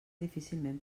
difícilment